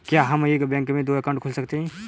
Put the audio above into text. क्या हम एक बैंक में दो अकाउंट खोल सकते हैं?